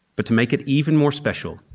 but to make it even more special,